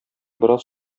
бераз